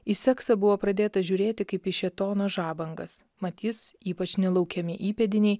į seksą buvo pradėta žiūrėti kaip į šėtono žabangas mat jis ypač nelaukiami įpėdiniai